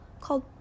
called